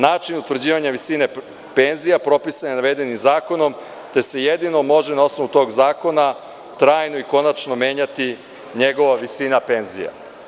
Način utvrđivanja visine penzija propisan je navedenim zakonom, te se jedino može na osnovu tog zakona trajno i konačno menjati visina penzije.